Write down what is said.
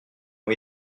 ont